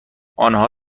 آنها